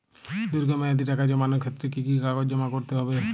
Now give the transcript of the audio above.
দীর্ঘ মেয়াদি টাকা জমানোর ক্ষেত্রে কি কি কাগজ জমা করতে হবে?